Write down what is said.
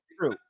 true